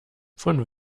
von